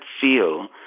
feel